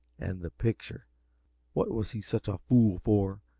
and the picture what was he such a fool for?